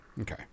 Okay